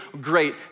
Great